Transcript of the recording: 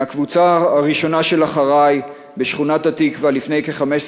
מהקבוצה הראשונה של "אחריי!" בשכונת-התקווה לפני כ-15